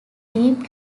deep